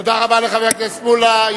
תודה רבה לחבר הכנסת מולה.